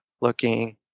looking